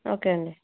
okay అండీ